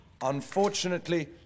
unfortunately